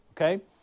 Okay